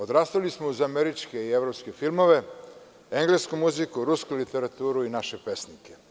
Odrastali smo uz američke i evropske filmove, englesku muziku, rusku literaturu i naše pesnike.